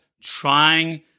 trying